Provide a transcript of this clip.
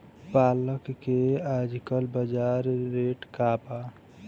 पालक के आजकल बजार रेट का बा?